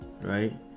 right